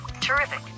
Terrific